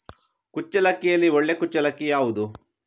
ಕುಚ್ಚಲಕ್ಕಿಯಲ್ಲಿ ಒಳ್ಳೆ ಕುಚ್ಚಲಕ್ಕಿ ಯಾವುದು?